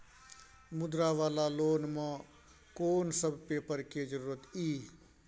मुद्रा वाला लोन म कोन सब पेपर के जरूरत इ?